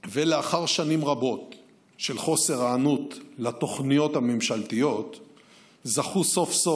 לאחר שנים רבות של חוסר היענות לתוכניות הממשלתיות זכו סוף-סוף,